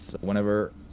whenever